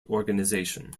organization